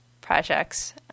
projects